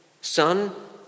son